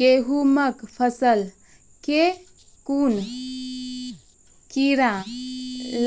गेहूँमक फसल मे कून कीड़ा